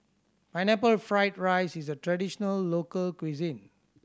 Pineapple Fried rice is a traditional local cuisine